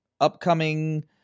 Upcoming